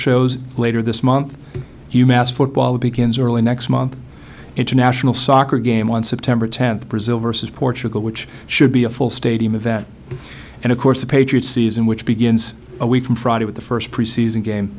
shows later this month u mass football begins early next month international soccer game on september tenth brazil versus portugal which should be a full stadium event and of course the patriots season which begins a week from friday with the first pre season game